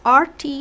RT